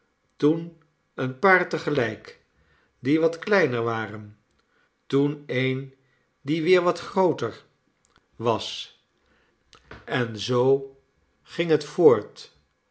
toen een paar te gelijk die wat kleiner waren toen een die weer wat groonelly ter was en zoo ging het voort